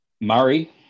Murray